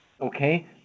okay